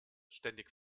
ständig